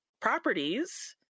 properties